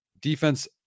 defense